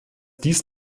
dies